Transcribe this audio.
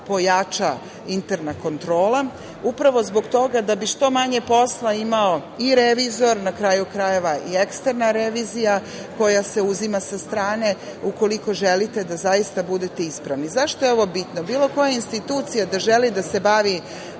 pojača interna kontrola, upravo zbog toga da bi što manje posla imao i revizor, na kraju krajeva, i eksterna revizija, koja se uzima sa strane, ukoliko želite da zaista budete ispravni.Zašto je ovo bitno? Bilo koja institucija da želi da se bavi